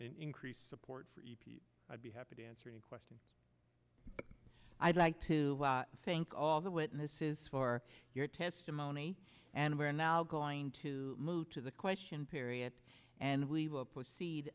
increased support i'd be happy to answer any questions i'd like to thank all the witnesses for your testimony and we are now going to move to the question period and we will proceed